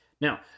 Now